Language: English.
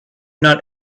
not